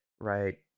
right